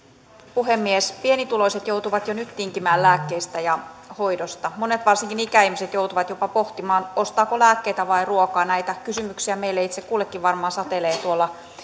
puhemies pienituloiset joutuvat jo nyt tinkimään lääkkeistä ja hoidosta varsinkin monet ikäihmiset joutuvat jopa pohtimaan ostaako lääkkeitä vai ruokaa näitä kysymyksiä meille itse kullekin varmaan satelee tuolla